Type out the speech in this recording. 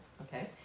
Okay